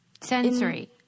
sensory